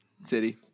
city